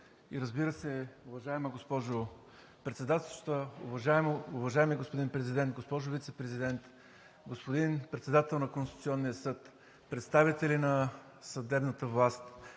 и разбира се, уважаема госпожо Председателстваща, уважаеми господин Президент, госпожо Вицепрезидент, господин Председател на Конституционния съд, представители на съдебната власт,